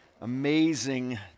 amazing